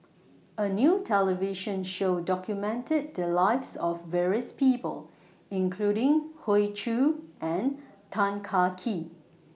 A New television Show documented The Lives of various People including Hoey Choo and Tan Kah Kee